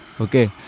okay